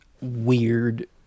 weird